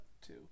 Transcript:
Two